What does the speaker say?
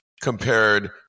compared